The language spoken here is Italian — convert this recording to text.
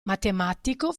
matematico